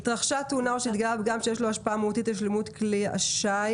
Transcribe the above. "התרחשה תאונה או שהתגלה פגם שיש לו השפעה מהותית על שלמות כלי השיט,